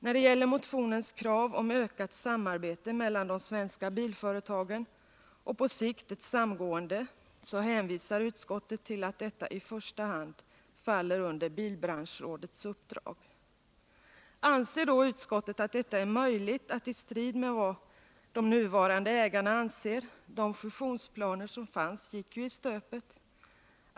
När det gäller motionens krav om ökat samarbete mellan de svenska bilföretagen och på sikt ett samgående hänvisar utskottet till att detta i första hand faller under bilbranschrådets uppdrag. Anser då utskottet att det är möjligt, i strid med vad de nuvarande ägarna anser — de fusionsplaner som fanns gick ju i stöpet?